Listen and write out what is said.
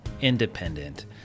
independent